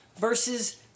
versus